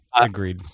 agreed